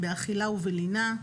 באכילה ובלינה,